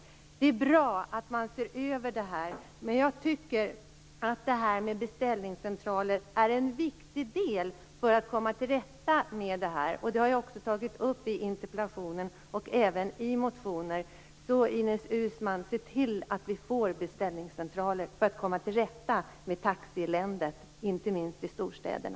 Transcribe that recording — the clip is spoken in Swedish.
Det är bra att detta ses över, men jag tycker att beställningscentralerna är en viktig del för att komma till rätta med dessa saker. Det här har jag tagit upp både i den här interpellationen och i motioner, så Ines Uusmann, se till att vi får beställningscentraler! Det gäller ju att komma till rätta med taxieländet, inte minst i storstäderna.